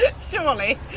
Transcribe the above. Surely